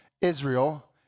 Israel